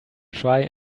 try